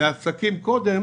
לעסקים קודם,